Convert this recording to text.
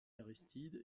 aristide